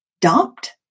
dumped